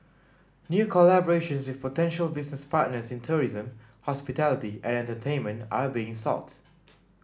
new collaborations with potential business partners in tourism hospitality and entertainment are being sought